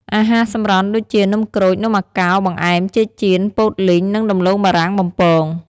អាហារសម្រន់ ដូចជា នំក្រូច នំអាកោ បង្អែម ចេកចៀន ពោតលីង និងដំឡូងបារាំងបំពង។